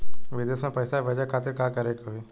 विदेश मे पैसा भेजे खातिर का करे के होयी?